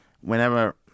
whenever